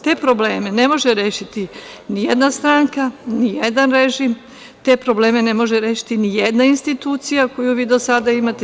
Te probleme ne može rešiti ni jedna stranka, ni jedan režim, te probleme ne može rešiti ni jedna institucija koju vi do sada imate.